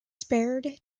spared